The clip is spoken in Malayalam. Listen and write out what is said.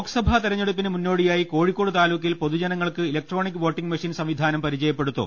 ലോക്സഭാ തെരഞ്ഞെടുപ്പിന് മുന്നോടിയായി കോഴിക്കോട് താലൂ ക്കിൽ പൊതുജനങ്ങൾക്ക് ഇലക്ട്രോണിക് വോട്ടിംഗ് മെഷീൻ സംവി ധാനം പരിചയപ്പെടുത്തും